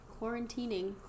Quarantining